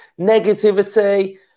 negativity